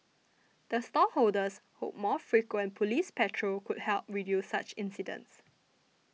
the stall holders hope more frequent police patrol could help reduce such incidents